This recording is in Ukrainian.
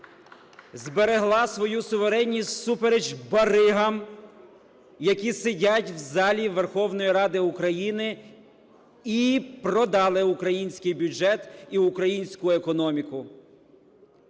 Зберегла свою суверенність всупереч баригам, які сидять в залі Верховної Ради України і продали український бюджет і українську економіку,